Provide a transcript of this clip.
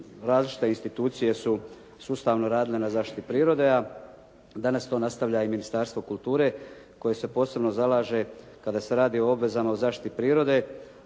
različite institucije su sustavno radile na zaštiti prirode a danas to nastavlja i Ministarstvo kulture koje se posebno zalaže kada se radi o obvezama o zaštiti prirode